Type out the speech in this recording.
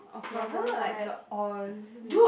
okay I don't know like the oil